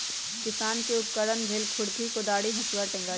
किसान के उपकरण भेल खुरपि कोदारी हसुआ टेंग़ारि